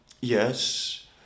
yes